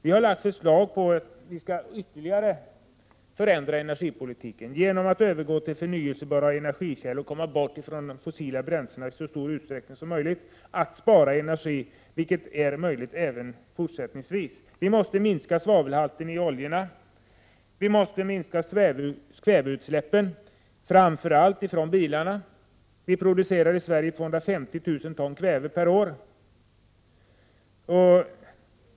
Vi har föreslagit att man skall förändra energipolitiken genom att övergå till förnyelsebara energikällor och försöka komma bort från fossila bränslen i så stor utsträckning som möjligt samt genom att spara energi, vilket är möjligt även fortsättningsvis. Vi måste minska svavelhalterna i oljorna. Vi måste minska kväveutsläppen, framför allt från bilarna. Vi producerar i Sverige 250 000 ton kväve per år.